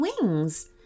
wings